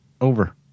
over